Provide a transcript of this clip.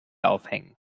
aufhängen